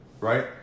right